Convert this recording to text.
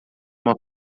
uma